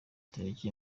tariki